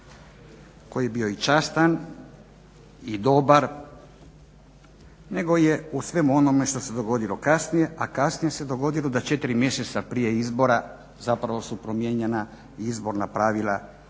koji je bio i častan i dobar nego je u svemu onome što se dogodilo kasnije, a kasnije se dogodilo da 4 mjeseca prije izbora zapravo su promijenjena izborna pravila za